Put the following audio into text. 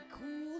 cool